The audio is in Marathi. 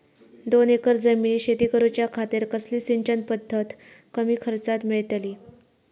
दोन एकर जमिनीत शेती करूच्या खातीर कसली सिंचन पध्दत कमी खर्चात मेलतली?